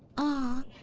ah!